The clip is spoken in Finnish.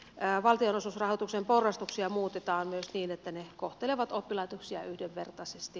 valtionosuusrahoituksen porrastuksia muutetaan myös niin että ne kohtelevat oppilaitoksia yhdenvertaisesti